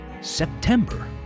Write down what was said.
September